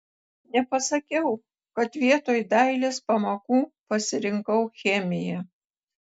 nepasakiau kad vietoj dailės pamokų pasirinkau chemiją